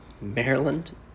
Maryland